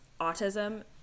autism